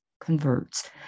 converts